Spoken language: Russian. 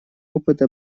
опыта